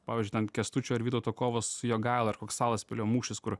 pavyzdžiui ten kęstučio ar vytauto kovos su jogaila ar koks salaspilio mūšis kur